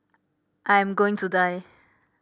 I am going to die